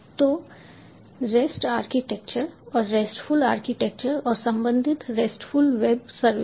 तो REST architecture और RESTful architecture और संबंधित RESTful वेब सर्विसेस